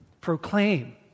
proclaim